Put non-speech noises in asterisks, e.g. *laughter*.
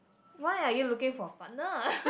why are you looking for a partner *noise*